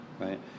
right